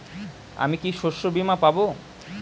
আমি কি শষ্যবীমা পাব?